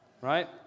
right